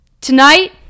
Tonight